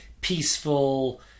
peaceful